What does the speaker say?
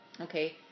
Okay